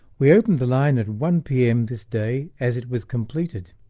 we opened the line at one pm this day as it was completed.